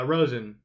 Rosen